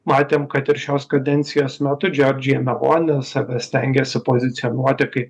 matėm kad ir šios kadencijos metu giorgia meloni save stengėsi pozicionuoti kaip